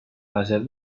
laser